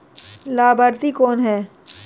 लाभार्थी कौन है?